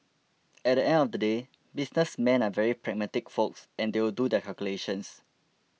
at the end of the day businessmen are very pragmatic folks and they'll do their calculations